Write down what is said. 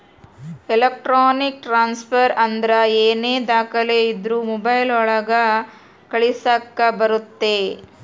electronic transfer ಅಂದ್ರ ಏನೇ ದಾಖಲೆ ಇದ್ರೂ ಮೊಬೈಲ್ ಒಳಗ ಕಳಿಸಕ್ ಬರುತ್ತೆ